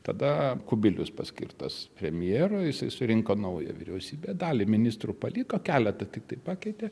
tada kubilius paskirtas premjeru jisai surinko naują vyriausybę dalį ministrų paliko keletą tiktai pakeitė